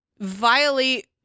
violate